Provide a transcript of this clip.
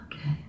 okay